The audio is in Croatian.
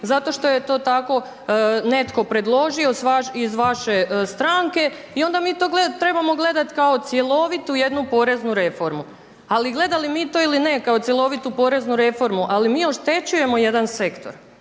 zato što je to tako netko predložio iz vaše stranke i onda mi to trebamo gledati kao cjelovitu jednu poreznu reformu. Ali mi oštećujemo jedan sektor, oštećujemo jedan sektor